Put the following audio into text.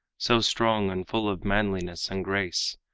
so strong and full of manliness and grace,